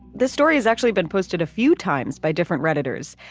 this story has actually been posted a few times by different redditors,